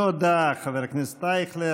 תודה, חבר הכנסת אייכלר.